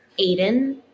Aiden